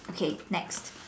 okay next